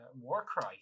Warcry